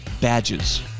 badges